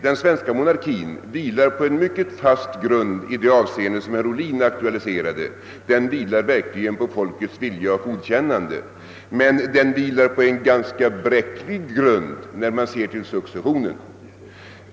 Den svenska monarkin vilar på en mycket fast grund i det avseende som herr Ohlin aktualiserade — den vilar verkligen på folkets vilja och godkännande. Men den vilar på en ganska bräcklig grund med hänsyn till successionen.